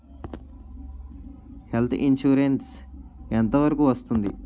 Health insurance ఎంత వరకు వస్తుంది?